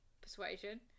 persuasion